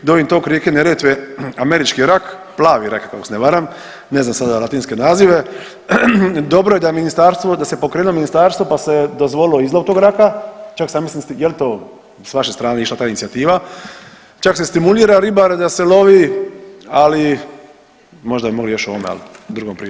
Donji tok rijeke Neretve američki rak, plavi rak ako se ne varam, ne znam sada latinske nazive, dobro je da je ministarstvo da se pokrenulo ministarstvo pa se dozvolilo izlov tog raka, čak ja mislim, jel to s vaše strane išla ta inicijativa, čak se stimulira ribare da se lovi, ali možda bi mogli još o ovome, ali drugom prilikom.